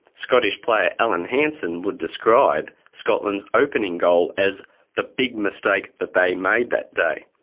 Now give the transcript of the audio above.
scottish player alan hansen would describe scotland's opening goal as the big mistake that they made that day,